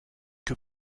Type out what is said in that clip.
que